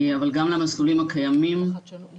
שני מסלולים נוספים הם מסלול ייעודי לקליטת עובדים חדשים מהאוכלוסייה